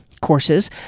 courses